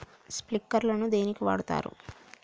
Sprinkler ను దేనికి వాడుతరు?